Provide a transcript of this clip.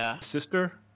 sister